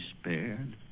spared